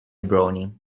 browning